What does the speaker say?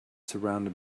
surrounded